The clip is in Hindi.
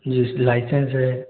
जी लाइसेंस है